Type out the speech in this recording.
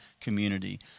community